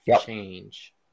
change